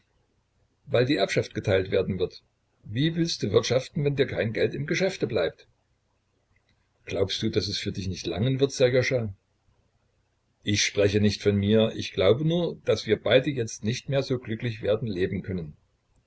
weil die erbschaft geteilt werden wird wie willst du wirtschaften wenn dir kein geld im geschäfte bleibt glaubst du daß es für dich nicht langen wird sserjoscha ich spreche nicht von mir ich glaube nur daß wir beide jetzt nicht mehr so glücklich werden leben können